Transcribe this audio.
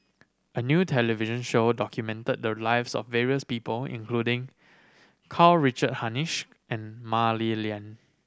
a new television show documented the lives of various people including Karl Richard Hanitsch and Mah Li Lian